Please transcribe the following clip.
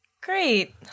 Great